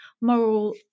moral